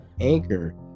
anchor